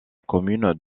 commune